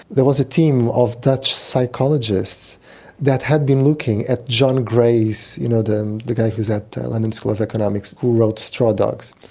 there was a team of dutch psychologists that had been looking at john gray's, you know, the the guy who's at the london school of economics who wrote straw dogs,